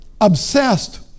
obsessed